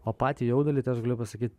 o patį jaudulį tai aš galiu pasakyt